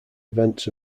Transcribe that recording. events